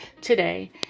today